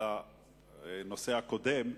על הנושא הקודם,